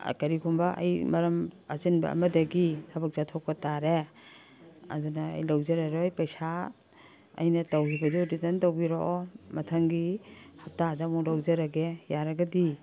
ꯀꯔꯤꯒꯨꯝꯕ ꯑꯩ ꯃꯔꯝ ꯑꯆꯤꯟꯕ ꯑꯃꯗꯒꯤ ꯊꯕꯛ ꯆꯠꯊꯣꯛꯄ ꯇꯥꯔꯦ ꯑꯗꯨꯅ ꯑꯩ ꯂꯧꯖꯔꯔꯣꯏ ꯄꯩꯁꯥ ꯑꯩꯅ ꯇꯧꯒꯤꯕꯗꯨ ꯔꯤꯇꯟ ꯇꯧꯕꯤꯔꯛꯑꯣ ꯃꯊꯪꯒꯤ ꯍꯞꯇꯥꯗ ꯑꯃꯨꯛ ꯂꯧꯖꯔꯒꯦ ꯌꯥꯔꯒꯗꯤ